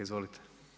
Izvolite.